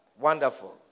Wonderful